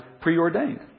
preordained